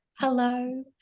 hello